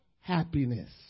happiness